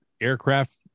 aircraft